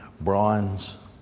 bronze